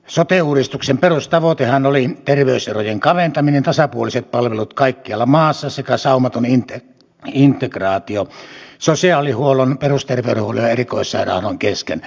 sote uudistuksen perustavoitehan oli terveyserojen kaventaminen tasapuoliset palvelut kaikkialla maassa sekä saumaton integraatio sosiaalihuollon perusterveydenhuollon ja erikoissairaanhoidon kesken